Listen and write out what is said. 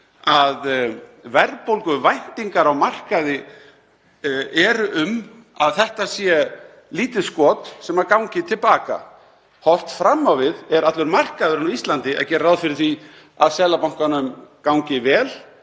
að verðbólguvæntingar á markaði eru um að þetta sé lítið skot sem gangi til baka. Horft fram á við gerir allur markaðurinn á Íslandi ráð fyrir því að Seðlabankanum gangi vel